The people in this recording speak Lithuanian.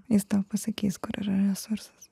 jis tau pasakys kur yra resursas